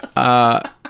ah,